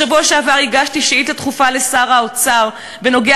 בשבוע שעבר הגשתי שאילתה דחופה לשר האוצר בנוגע